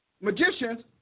magicians